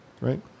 right